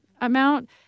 amount